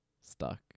stuck